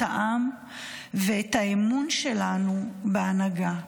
את העם ואת האמון שלנו בהנהגה.